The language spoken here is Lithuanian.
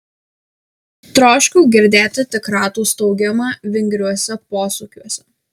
troškau girdėti tik ratų staugimą vingriuose posūkiuose